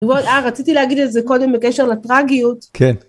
רציתי להגיד את זה קודם בקשר לטרגיות. כן.